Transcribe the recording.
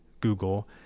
Google